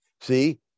See